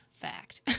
Fact